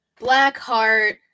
Blackheart